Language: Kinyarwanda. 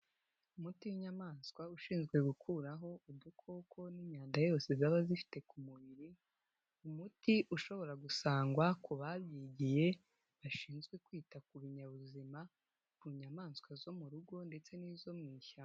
Umuti w'inyamaswa ushinzwe gukuraho udukoko n'imyanda yose zaba zifite ku mubiri, umuti ushobora gusangwa ku babyigiye bashinzwe kwita ku binyabuzima, ku nyamaswa zo mu rugo ndetse n'izo mu ishyamba.